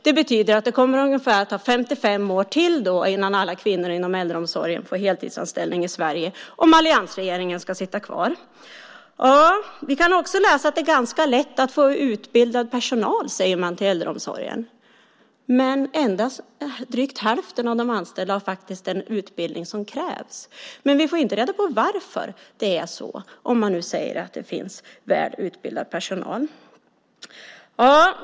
Det betyder att det kommer att ta ungefär 55 år till innan alla kvinnor i äldreomsorgen i Sverige får heltidsanställning om alliansregeringen ska sitta kvar. Vi kan också läsa att man tycker att det är ganska lätt att få utbildad personal till äldreomsorgen. Men endast drygt hälften av de anställda har faktiskt den utbildning som krävs. Vi får inte reda på varför det är så, om man nu säger att det finns väl utbildad personal.